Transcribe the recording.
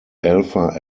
alpha